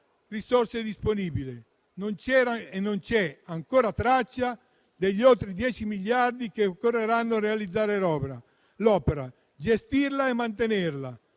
risorse disponibili. Non c'era e non c'è ancora traccia degli oltre 10 miliardi che occorreranno per realizzare l'opera, gestirla e mantenerla;